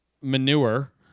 manure